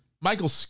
Michael